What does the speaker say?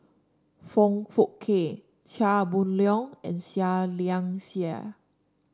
Foong Fook Kay Chia Boon Leong and Seah Liang Seah